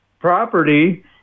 property